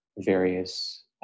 various